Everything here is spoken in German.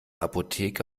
apotheke